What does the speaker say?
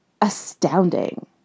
astounding